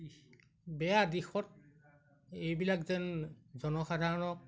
বেয়া দিশত এইবিলাক যেন জনসাধাৰণক